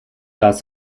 las